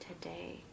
today